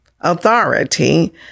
authority